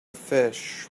fish